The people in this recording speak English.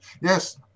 Yes